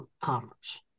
conference